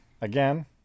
Again